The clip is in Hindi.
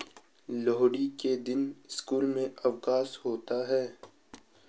लोहड़ी के दिन स्कूल में अवकाश होता है